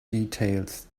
details